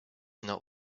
not